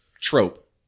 trope